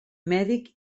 mèdic